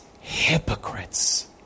hypocrites